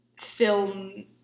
film